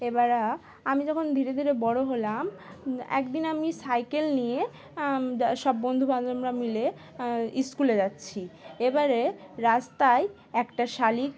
এবারে আমি যখন ধীরে ধীরে বড়ো হলাম একদিন আমি সাইকেল নিয়ে সব বন্ধুবান্ধবরা মিলে সস্কুলে যাচ্ছি এবারে রাস্তায় একটা শালিক